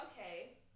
okay